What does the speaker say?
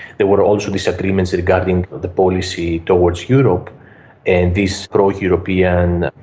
there were also disagreements regarding the policy towards europe and this pro-european,